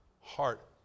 heart